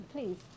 Please